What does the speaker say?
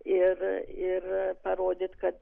ir ir parodyt kad